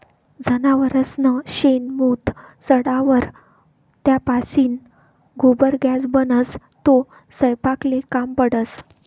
जनावरसनं शेण, मूत सडावर त्यापाशीन गोबर गॅस बनस, तो सयपाकले काम पडस